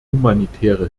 humanitäre